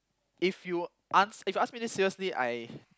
if you ans~ asks me this seriously I